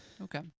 Okay